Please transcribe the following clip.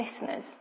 listeners